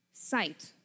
sight